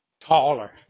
taller